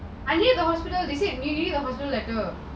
I hear the hospital they say usually a personal letter